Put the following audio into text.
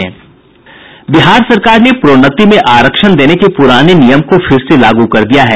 बिहार सरकार ने प्रोन्नति में आरक्षण देने के पुराने नियम को फिर से लागू कर दिया है